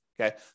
Okay